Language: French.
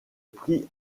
prix